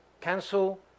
cancel